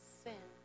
sin